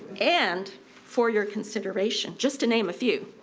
and for your consideration, just to name a few.